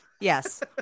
Yes